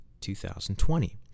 2020